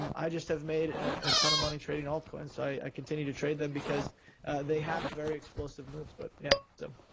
um i just have made a ton of money trading altcoins. so i continue to trade them because they have very explosive moves. but yeah so